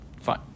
Fine